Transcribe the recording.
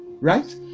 right